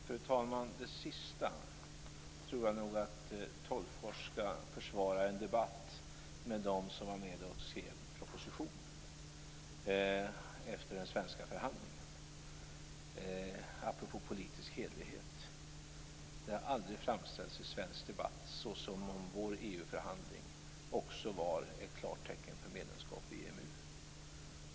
Fru talman! Det sista tror jag nog att Tolgfors skall försvara i en debatt med dem som var med och skrev propositionen efter den svenska förhandlingen. Detta apropå politisk hederlighet. Det har aldrig framställts i svensk debatt såsom om vår EU-förhandling också innebar ett klartecken för medlemskap i EMU.